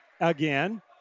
again